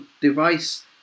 device